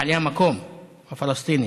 בעלי המקום הפלסטינים,